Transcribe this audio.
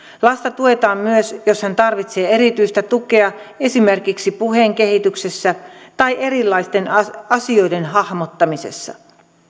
lasta tuetaan myös jos hän tarvitsee erityistä tukea esimerkiksi puheen kehityksessä tai erilaisten asioiden hahmottamisessa